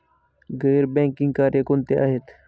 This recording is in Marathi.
गैर बँकिंग कार्य कोणती आहेत?